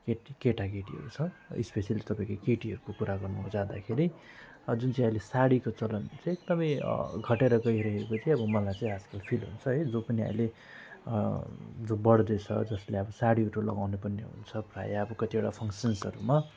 केटाकेटीहरू छ स्पेसियली तपाईँको केटीहरूको कुरा गर्नु जाँदाखेरि जुन चाहिँ अहिले साडीको चलन चाहिँ एकदमै घटेर गइरहेको चाहिँ अब मलाई चाहिँ आजकल फिल हुन्छ है जो पनि अहिले जो बढ्दै छ जसले अब साडीहरू लगाउनु पर्ने हुन्छ प्रायः कतिवटा फाङ्गन्सहरूमा